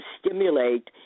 stimulate